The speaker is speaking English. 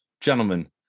gentlemen